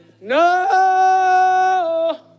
No